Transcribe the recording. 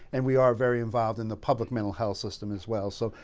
and we are very involved in the public mental health system as well. so,